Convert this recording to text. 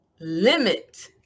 limit